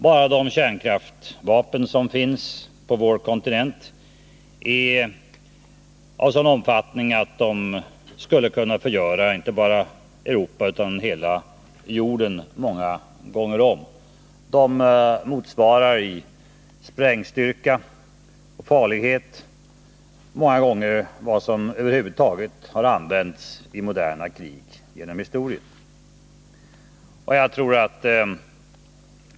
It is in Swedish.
Bara de kärnvapen som finns på vår kontinent är av sådan omfattning att de skulle kunna förgöra inte bara Europa utan hela jorden många gånger om. De motsvarar i sprängstyrka och farlighet mer än vad som över huvud taget har använts i moderna krig genom historien.